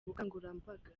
ubukangurambaga